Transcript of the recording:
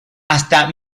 hasta